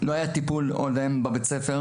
לא היה טיפול בבית הספר,